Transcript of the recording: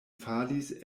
falis